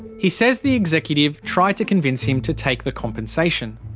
he says the executive tried to convince him to take the compensation.